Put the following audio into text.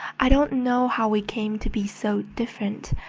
i don't know how we came to be so different.